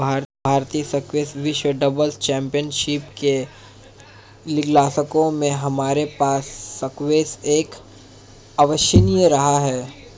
भारतीय स्क्वैश विश्व doubles championship के लिएग्लासगो में हमारे पास स्क्वैश एक अविश्वसनीय रहा है